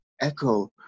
echo